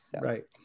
Right